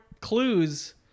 clues